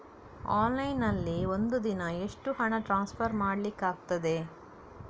Online ನಲ್ಲಿ ಒಂದು ದಿನ ಎಷ್ಟು ಹಣ ಟ್ರಾನ್ಸ್ಫರ್ ಮಾಡ್ಲಿಕ್ಕಾಗ್ತದೆ?